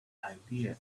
idea